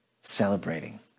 celebrating